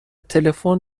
تلفن